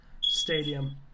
stadium